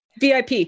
VIP